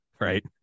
Right